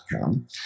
come